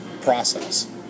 process